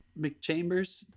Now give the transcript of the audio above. McChambers